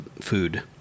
food